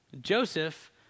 Joseph